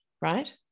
right